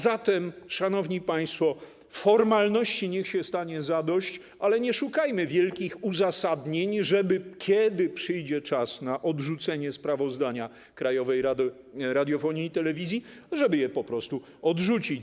Zatem, szanowni państwo, formalności niech stanie się zadość, ale nie szukajmy wielkich uzasadnień, żeby - kiedy przyjdzie czas na odrzucenie sprawozdania Krajowej Rady Radiofonii i Telewizji - je po prostu odrzucić.